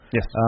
Yes